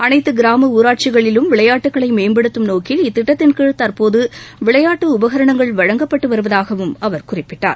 அனைத்து கிராம ஊராட்சிகளிலும் விளையாட்டுகளை மேம்படுத்தும் நோக்கில் இத்திட்டத்தின்கீழ் தற்போது விளையாட்டு உபகரணங்கள் வழங்கப்பட்டு வருவதாகவும் அவர் குறிப்பிட்டார்